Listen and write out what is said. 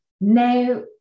now